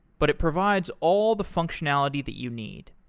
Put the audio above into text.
but it provides all the functionality that you need.